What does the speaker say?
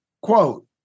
quote